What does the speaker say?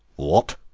what!